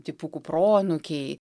dipukų proanūkiai